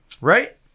Right